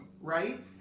right